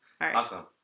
awesome